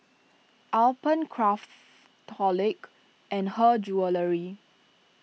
Alpen Craftholic and Her Jewellery